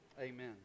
Amen